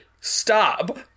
stop